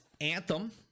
Anthem